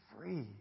free